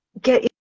get